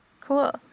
cool